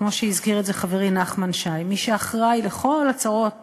כמו שהזכיר חברי נחמן שי, מי שאחראי לכל הצרות